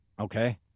Okay